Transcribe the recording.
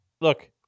Look